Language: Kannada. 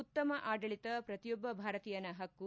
ಉತ್ತಮ ಆಡಳಿತ ಪ್ರತಿಯೊಬ್ಬ ಭಾರತೀಯನ ಹಕ್ಕು